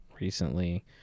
recently